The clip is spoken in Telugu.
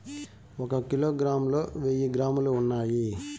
ఒక కిలోగ్రామ్ లో వెయ్యి గ్రాములు ఉన్నాయి